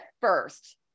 first